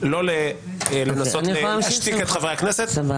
(חבר הכנסת יוראי להב הרצנו יוצא מחדר הוועדה.) שפי